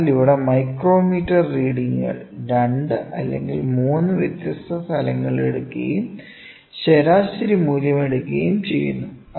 അതിനാൽ ഇവിടെ മൈക്രോമീറ്റർ റീഡിംഗുകൾ 2 അല്ലെങ്കിൽ 3 വ്യത്യസ്ത സ്ഥലങ്ങളിൽ എടുക്കുകയും ശരാശരി മൂല്യം എടുക്കുകയും ചെയ്യുന്നു